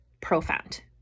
profound